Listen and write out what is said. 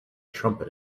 trumpet